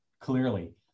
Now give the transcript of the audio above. clearly